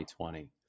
2020